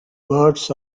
words